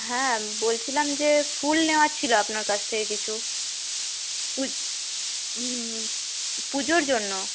হ্যাঁ বলছিলাম যে ফুল নেওয়ার ছিলো আপনার কাছ থেকে কিছু পুজোর জন্য